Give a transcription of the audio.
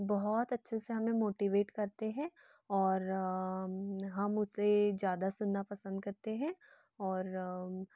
बहुत अच्छे से हमें मोटिवेट करते हैं और हम उसे ज़्यादा सुनना पसंद करते हैं और